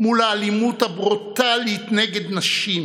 מול האלימות הברוטלית נגד נשים,